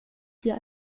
hier